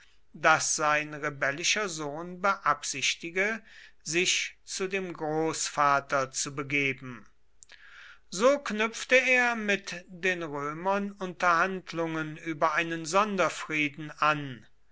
daß sein rebellischer sohn beabsichtige sich zu dem großvater zu begeben so knüpfte er mit den römern unterhandlungen über einen sonderfrieden an